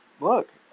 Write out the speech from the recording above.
Look